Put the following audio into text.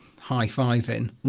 high-fiving